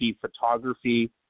Photography